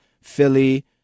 Philly